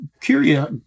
curious